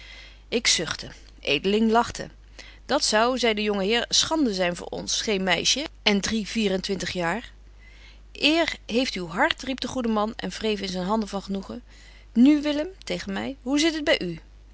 ik zuchtte edeling lachte dat zou zei de jonge heer schande zyn voor ons geen meisje en drie vier en twintig jaar eer heeft uw hart riep de goede man en vreef in zyn handen van genoegen nu willem tegen my hoe zit het by u